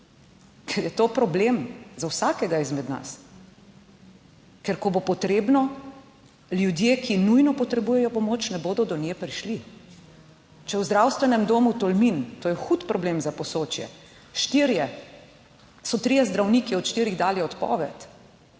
ker je to problem za vsakega izmed nas. Ker ko bo potrebno, ljudje, ki nujno potrebujejo pomoč, ne bodo do nje prišli. Če v Zdravstvenem domu Tolmin, to je hud problem za Posočje, štirje, so trije zdravniki od štirih dali odpoved